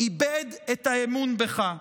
איבד את האמון בך,